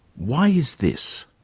why is this?